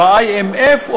ה-IMF,